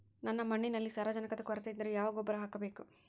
ನನ್ನ ಮಣ್ಣಿನಲ್ಲಿ ಸಾರಜನಕದ ಕೊರತೆ ಇದ್ದರೆ ಯಾವ ಗೊಬ್ಬರ ಹಾಕಬೇಕು?